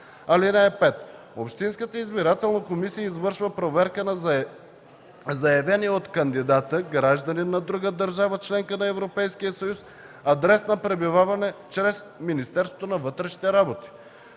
комисия. (5) Общинската избирателна комисия извършва проверка на заявения от кандидата – гражданин на друга държава – членка на Европейския съюз, адрес на пребиваване чрез Министерството на вътрешните работи.